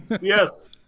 yes